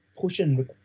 pushing